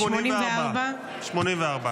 ההצבעה הבאה תהיה הצבעה אלקטרונית.